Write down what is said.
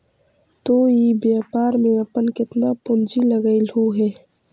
तु इ व्यापार में अपन केतना पूंजी लगएलहुं हे?